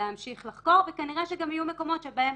להמשיך לחקור, וכנראה שגם יהיו מקומות שבהם